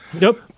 Nope